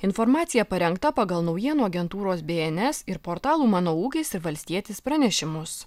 informacija parengta pagal naujienų agentūros bė en es ir portalų mano ukis valstietis pranešimus